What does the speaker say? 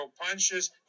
punches